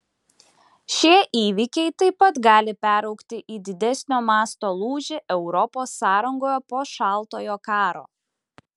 šie įvykiai taip pat gali peraugti į didesnio masto lūžį europos sąrangoje po šaltojo karo